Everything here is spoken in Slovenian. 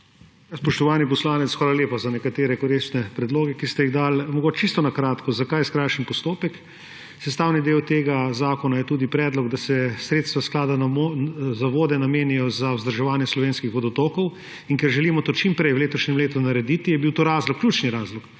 Spoštovani poslanec, hvala lepa za nekatere koristne predloge, ki ste jih dal. Čisto na kratko, zakaj skrajšani postopek. Sestavni del tega zakona je tudi predlog, da se sredstva Sklada za vode namenijo za vzdrževanjeslovenskih vodotokov. In ker želimo to čimprej v letošnjem letu narediti, je bil to razlog, ključni razlog,